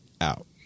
out